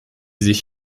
sich